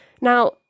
Now